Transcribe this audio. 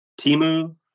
Timu